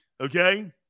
Okay